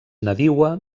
nadiua